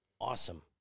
Awesome